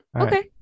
Okay